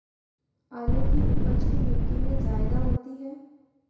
आलु की उपज की मिट्टी में जायदा होती है?